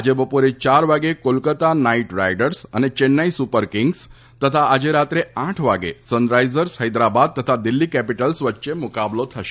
આજે બપોરે ચાર વાગે કોલકતા નાઈટ રાઈડર્સ અને ચેન્નાઈ સુપર કિંગ્સ તથા આજે રાત્રે આઠ વાગે સનરાઈઝર્સ હૈદરાબાદ તથા દિલ્હી કેપીટલ્સ વચ્ચે મુકાબલો થશે